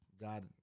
God